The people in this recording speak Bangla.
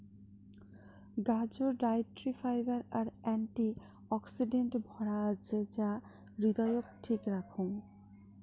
গাজর ডায়েটরি ফাইবার আর অ্যান্টি অক্সিডেন্টে ভরা আছে যা হৃদয়ক ঠিক রাখং